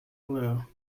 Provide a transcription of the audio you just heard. blow